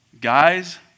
Guys